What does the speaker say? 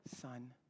son